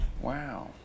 wow